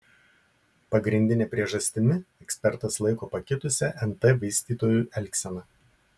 pagrindine priežastimi ekspertas laiko pakitusią nt vystytojų elgseną